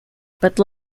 but